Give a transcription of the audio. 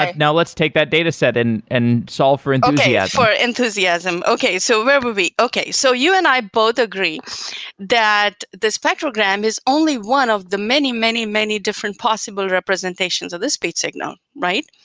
like now, let's take that dataset and and solve for enthusiasm. and okay, yeah for enthusiasm. okay. so where were we? okay. so you and i both agree that the spectrogram is only one of the many, many, many different possible representations of the speech signal, right?